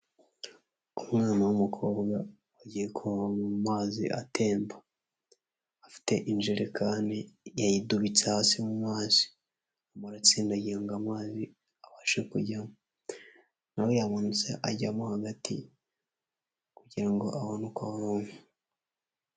Umwana w'umukobwa agiye kuvoma amazi atemba, afite injerekani yayidubitse hasi mu mazi arimo aratsindagira ngo amazi abasha kujyamo, na we yamanutse ajya mo hagati kugira ngo abone uko avoma.